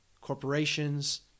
corporations